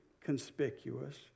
conspicuous